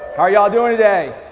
how y'all doing today?